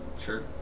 Sure